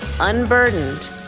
unburdened